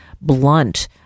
blunt